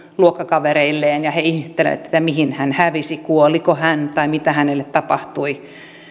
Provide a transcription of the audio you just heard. luokkakavereilleen ja he ihmettelevät että mihin hän hävisi kuoliko hän tai mitä hänelle tapahtui